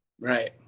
Right